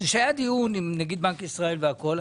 שהיה דיון עם נגיד בנק ישראל והכול,